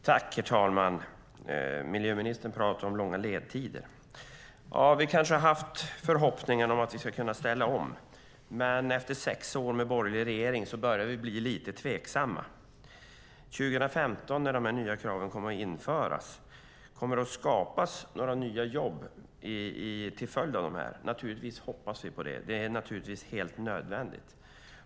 Herr talman! Miljöministern pratar om långa ledtider. Ja, vi kanske har haft förhoppningen att vi ska kunna ställa om. Men efter sex år med borgerlig regering börjar vi bli lite tveksamma. År 2015, när de nya kraven kommer att införas, kommer det att skapas några nya jobb till följd av det? Vi hoppas naturligtvis på det - det är helt nödvändigt.